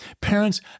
Parents